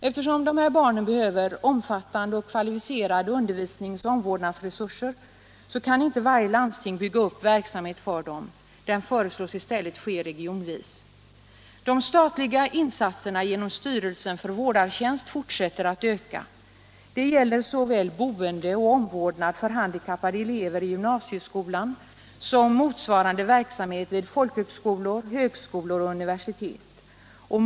Eftersom dessa barn behöver omfattande och kvalificerade undervisningsoch omvårdnadsresurser kan inte varje landsting bygga upp verksamhet för dem. Denna verksamhet föreslås i stället ske regionvis. De statliga insatserna genom styrelsen för vårdartjänst fortsätter att öka. Det gäller såväl boende och omvårdnad för handikappade elever i gymnasieskolan som motsvarande verksamhet vid folkhögskolor, högskolor och universitet.